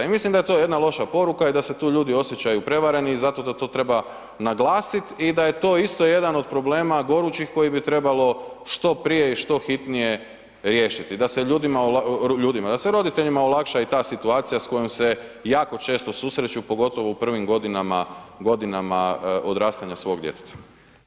I mislim da je to jedna loša poruka i da se tu ljudi osjećaju prevareni i zato to treba naglasiti i da je to isto jedan od problema gorućih koje bi trebalo što prije i što hitnije riješiti, da se roditeljima olakša i ta situacija s kojom se jako često susreću, pogotovo u prvim godinama odrastanja svog djeteta.